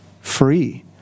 free